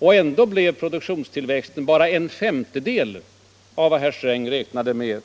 Ändå blev produktionstillväxten bara en femtedel av vad herr Sträng räknade med.